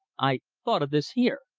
i thought of this here.